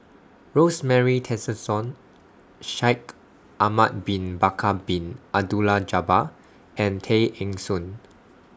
Rosemary Tessensohn Shaikh Ahmad Bin Bakar Bin Abdullah Jabbar and Tay Eng Soon